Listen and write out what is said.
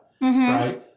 right